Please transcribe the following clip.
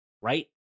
right